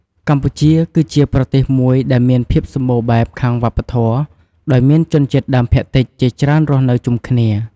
កម្ពុជាគឺជាប្រទេសមួយដែលមានភាពសម្បូរបែបខាងវប្បធម៌ ដោយមានជនជាតិដើមភាគតិចជាច្រើនរស់នៅជុំគ្នា។